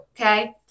okay